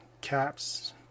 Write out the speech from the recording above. caps